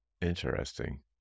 Interesting